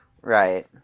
Right